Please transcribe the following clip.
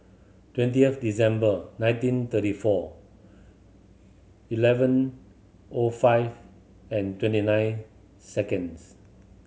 twentieth December nineteen thirty four eleven O five and twenty nine seconds